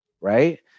right